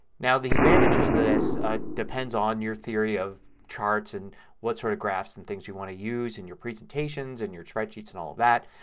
now the advantages to this ah depends on your theory of charts and what sort of graphs and things you want to use in your presentations and your spreadsheets and all of that.